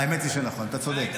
האמת היא, נכון, אתה צודק.